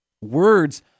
words